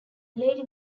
lady